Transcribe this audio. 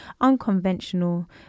unconventional